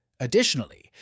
Additionally